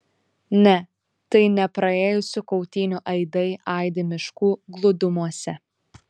ne tai ne praėjusių kautynių aidai aidi miškų glūdumose